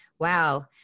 wow